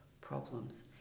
problems